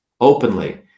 openly